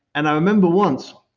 and i remember once,